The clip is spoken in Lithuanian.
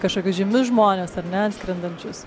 kažkokius žymius žmones ar ne skrendančius